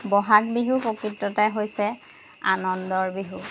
বহাগ বিহু প্ৰকৃততে হৈছে আনন্দৰ বিহু